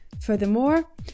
Furthermore